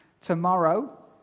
Tomorrow